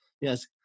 Yes